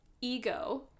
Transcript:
ego